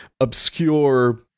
obscure